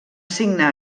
signar